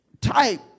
type